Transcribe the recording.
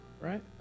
right